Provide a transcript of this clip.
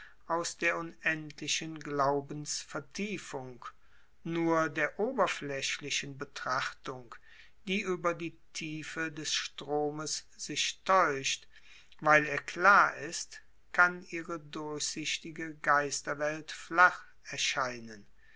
aus der unendlichen glaubensvertiefung nur der oberflaechlichen betrachtung die ueber die tiefe des stromes sich taeuscht weil er klar ist kann ihre durchsichtige geisterwelt flach erscheinen